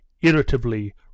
irritably